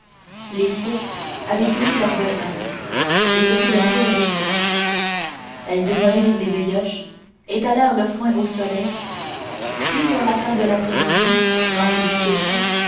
les faux avaient fini leur besogne et ce fut le tour des fourches elles démolirent les veilloches étalèrent le foin au soleil puis vers la fin de l'après-midi quand il eut séché